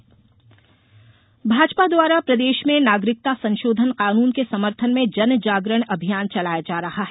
CAA Bhajpa द्वारा प्रदेश में नागरिकता संशोधन कानून के समर्थन में जनजागरण अभियान चलाया जा रहा है